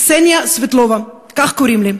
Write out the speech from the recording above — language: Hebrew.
קסניה סבטלובה, כך קוראים לי.